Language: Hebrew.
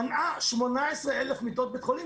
מנעה 18,000 מיטות בית חולים,